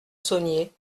saunier